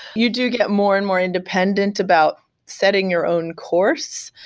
you do get more and more independent about setting your own course,